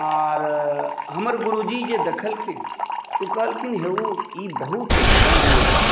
आओर हमर गुरुजी जे देखलखिन ओ कहलखिन हेऔ ई बहुत नग्न छै